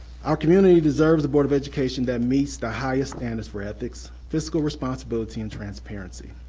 our community deserves a board of education that meets the highest standards for ethics, fiscal responsibility, and transparency.